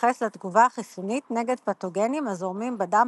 מתייחס לתגובה החיסונית נגד פתוגנים הזורמים בדם